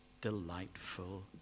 delightful